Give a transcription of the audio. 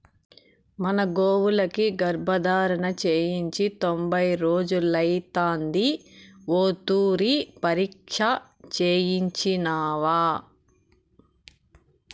మన గోవులకి గర్భధారణ చేయించి తొంభై రోజులైతాంది ఓ తూరి పరీచ్ఛ చేయించినావా